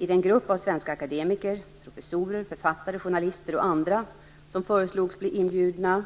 I den grupp av svenska akademiker, professorer, författare, journalister och andra som föreslogs bli inbjudna